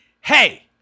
hey